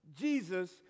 Jesus